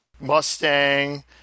Mustang